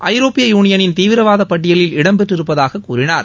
ஐரோப்பிய யூனியனின் தீவிரவாத பட்டியலில் இடம்பெற்றிருப்பதாக கூறினார்